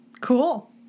Cool